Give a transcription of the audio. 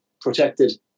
protected